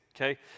okay